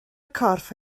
corff